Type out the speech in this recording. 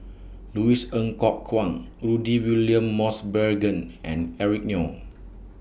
Louis Ng Kok Kwang Rudy William Mosbergen and Eric Neo